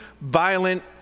violent